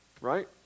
right